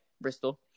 Bristol